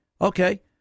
Okay